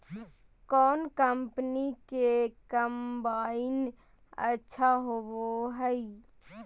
कौन कंपनी के कम्बाइन अच्छा होबो हइ?